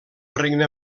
regne